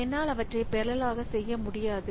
என்னால் அவற்றை பெரலல் ஆக செய்ய முடியாது